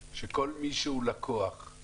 תקשורת שהיא קווית לבין תקשורת שהיא על גבי אינטרנט.